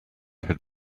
had